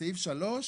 בסעיף 3,